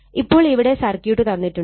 അപ്പോൾ ഇവിടെ സർക്യൂട്ട് തന്നിട്ടുണ്ട്